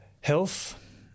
Health